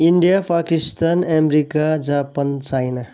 India Pakistan America Japan China